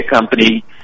company